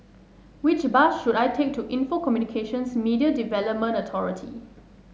which bus should I take to Info Communications Media Development Authority